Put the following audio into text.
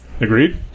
Agreed